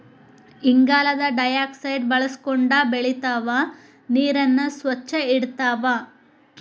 ಇಂಗಾಲದ ಡೈಆಕ್ಸೈಡ್ ಬಳಸಕೊಂಡ ಬೆಳಿತಾವ ನೇರನ್ನ ಸ್ವಚ್ಛ ಇಡತಾವ